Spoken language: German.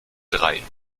drei